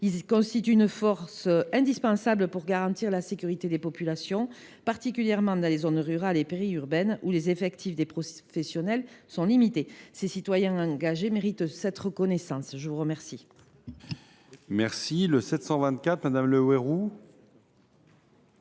Ils constituent une force indispensable pour garantir la sécurité des populations, particulièrement dans les zones rurales et périurbaines, où les effectifs professionnels sont limités. Ces citoyens engagés méritent cette reconnaissance. L’amendement